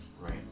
Right